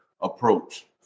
approach